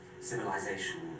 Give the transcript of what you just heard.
civilization